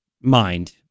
mind